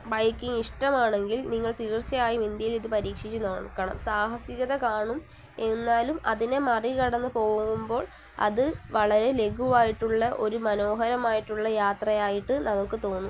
biking ഇഷ്ടമാണെങ്കിൽ നിങ്ങൾ തീർച്ചയായും ഇന്ത്യയിൽ ഇത് പരീക്ഷിച്ചു നോക്കണം സാഹസികത കാണും എന്നാലും അതിനെ മറികടന്ന് പോകുമ്പോൾ അതു വളരെ ലഘുവായിട്ടുള്ള ഒരു മനോഹരമായിട്ടുള്ള യാത്രയായിട്ട് നമുക്ക് തോന്നും